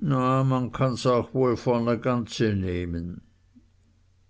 na man kann's auch woll vor ne ganze nehmen